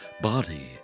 body